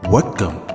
Welcome